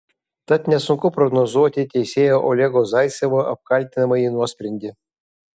tad nesunku prognozuoti teisėjo olego zaicevo apkaltinamąjį nuosprendį